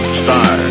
star